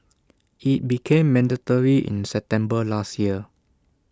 IT became mandatory in September last year